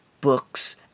Books